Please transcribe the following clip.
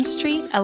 Street